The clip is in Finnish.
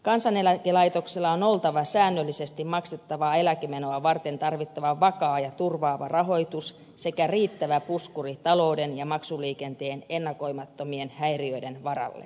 kansaneläkelaitoksella on oltava säännöllisesti maksettavaa eläkemenoa varten tarvittava vakaa ja turvaava rahoitus sekä riittävä puskuri talouden ja maksuliikenteen ennakoimattomien häiriöiden varalle